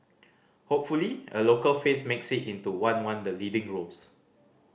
hopefully a local face makes it into one one the leading roles